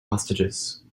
hostages